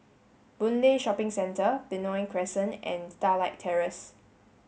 Boon Lay Shopping Centre Benoi Crescent and Starlight Terrace